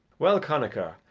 well, connachar,